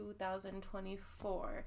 2024